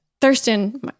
Thurston